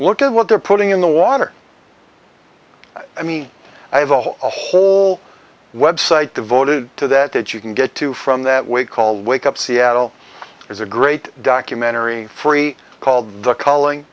look at what they're putting in the water i mean i have a whole a whole website devoted to that that you can get to from that way call wake up seattle is a great documentary free called the calling